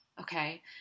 okay